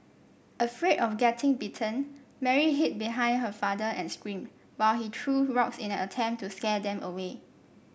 afraid of getting bitten Mary hid behind her father and screamed while he threw rocks in an attempt to scare them away